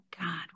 God